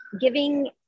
giving